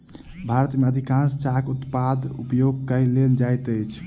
भारत में अधिकाँश चाहक उत्पाद उपयोग कय लेल जाइत अछि